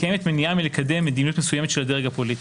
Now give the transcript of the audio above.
קיימת מניעה מלקדם מדיניות מסוימת של הדרג הפוליטי.